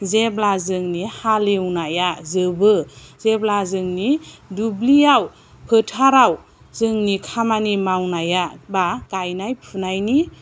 जेब्ला जोंनि हालेवनाया जोबो जेब्ला जोंनि दुब्लियाव फोथाराव जोंनि खामानि मावनाया एबा गायनाय फुनायनि